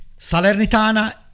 Salernitana